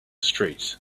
street